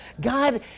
God